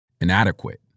inadequate